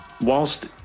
whilst